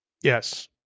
Yes